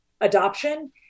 adoption